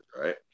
right